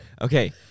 Okay